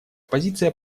позиция